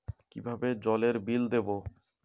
কিভাবে জলের বিল দেবো?